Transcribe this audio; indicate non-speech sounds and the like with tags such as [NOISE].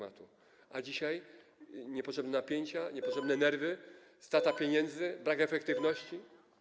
A dzisiaj - niepotrzebne napięcia, [NOISE] niepotrzebne nerwy, strata pieniędzy, brak efektywności.